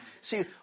See